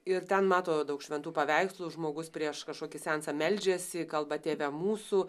ir ten mato daug šventų paveikslų žmogus prieš kažkokį seansą meldžiasi kalba tėve mūsų